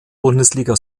bundesliga